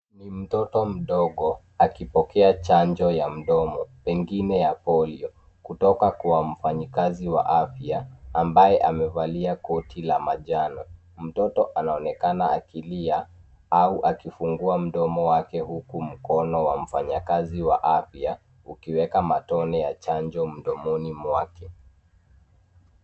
Ni mtoto mdogo akipokea chanjo ya mdomo pengine ya polio kutoka kwa mfanyikazi wa afya ambaye amevalia koti la manjano mtoto anaonekana akilia au akifungua mdomo wake huku mkono wa mfanyakazi wa afya ukiweka matone ya chanjo mdomoni mwake.